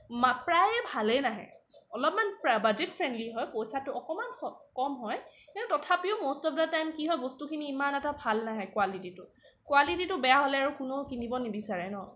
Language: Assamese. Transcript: প্ৰায় ভালেই নাহে অলপমান বাজেত ফ্ৰেন্দলী হয় পইচাটো অকণমান কম হয় কিন্তু তথাপিও মষ্ট অফ দা টাইম কি হয় বস্তুখিনি ইমান এটা ভাল নাহে কোৱালিটিটো কোৱালিটিটো বেয়া হ'লে আৰু কোনেও কিনিব নিবিচাৰে ন